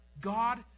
God